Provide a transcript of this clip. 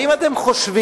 ואם אתם חושבים,